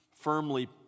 firmly